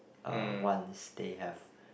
uh once they have